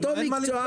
אותו מקצוע,